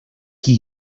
qui